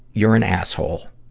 you're an asshole.